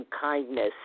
kindness